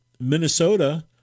Minnesota